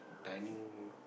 dining